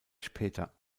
später